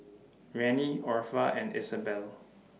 Rennie Orpha and Isabelle